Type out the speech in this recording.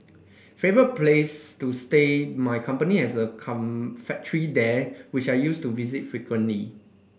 favourite place to stay my company has a factory there which I used to visit frequently